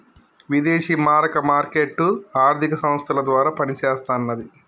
విదేశీ మారక మార్కెట్ ఆర్థిక సంస్థల ద్వారా పనిచేస్తన్నది